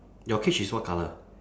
your cage is what colour